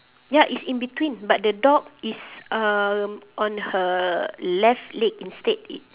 ya it's in between but the dog is um on her left leg instead it